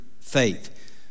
faith